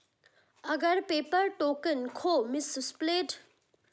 अगर paper token खो misplaced गया तो क्या होगा?